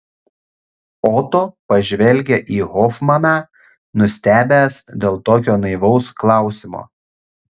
oto pažvelgė į hofmaną nustebęs dėl tokio naivaus klausimo